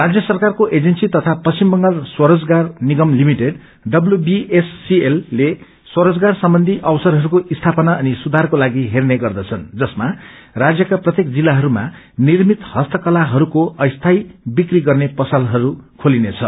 राज्य सरकारको एजेन्सी तथा पश्चिम बंगाल स्वरोजगार निगम लिमिटेड डब्यूबीएससीएस ले स्वरोजगार सम्बन्धी अवसरहरूको स्थापना अनि सुधारको लागि हेर्ने गर्दछन् जसमा राज्यका प्रत्येक जिल्लाहरूमा निर्मित हस्तक्राहरूको अस्थापी विक्री गर्ने पसलहरू खोलिनेछ